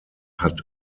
hat